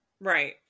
Right